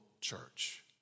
church